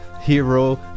hero